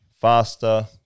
faster